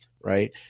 Right